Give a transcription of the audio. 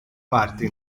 parte